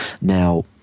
Now